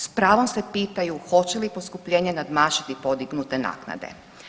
S pravom se pitaju hoće li poskupljenje nadmašiti podignute naknade.